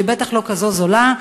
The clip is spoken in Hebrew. היא בטח לא כזאת זולה.